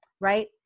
right